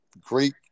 Greek